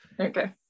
okay